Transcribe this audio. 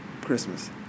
Christmas